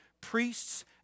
priests